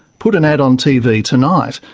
put an ad on tv tonight,